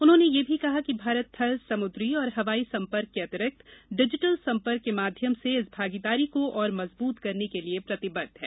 उन्होंने यह भी कहा कि भारत थल समुद्री और हवाई सम्पर्क के अतिरिक्त डिजिटल संपर्क के माध्यम से इस भागीदारी को और मजबूत करने के लिए प्रतिबद्ध है